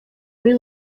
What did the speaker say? muri